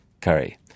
curry